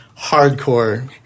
hardcore